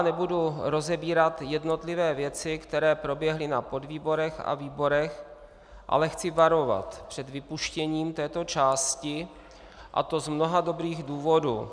Nebudu rozebírat jednotlivé věci, které proběhly na podvýborech a výborech, ale chci varovat před vypuštěním této části, a to z mnoha dobrých důvodů.